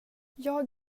jag